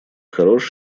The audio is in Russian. хорош